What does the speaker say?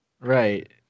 Right